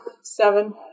seven